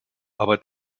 aber